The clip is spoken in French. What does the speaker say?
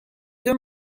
deux